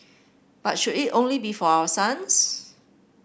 but should it only be for our sons